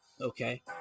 Okay